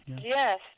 Yes